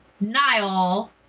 Niall